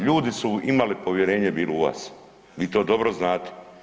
Ljudi su imali povjerenje bili u vas, vi to dobro znate.